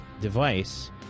device